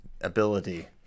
ability